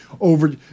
over